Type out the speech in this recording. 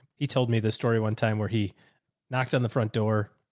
he told me this story one time where he knocked on the front door.